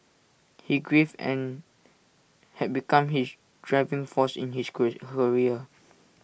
his grief and had become his driving force in his career